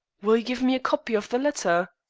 will you give me a copy of the letter?